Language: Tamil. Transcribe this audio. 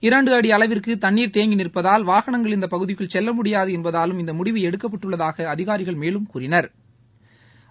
இரண்டு அடி அளவிற்கு தண்ணீர் தேங்கி நிற்பதால் வாகனங்கள் இந்த பகுதிக்குள் செல்ல முடியாது என்பதால் இந்த முடிவு எடுக்கப்பட்டுள்ளதாக அதிகாரிகள் மேலும் கூறினா்